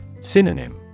Synonym